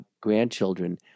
grandchildren